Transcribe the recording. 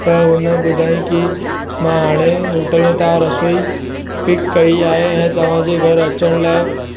त हुन ॿुधई की मां हाणे होटल तां रसोई पिक कई आहे ऐं तव्हां जे घरु अचण लाइ